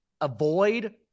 avoid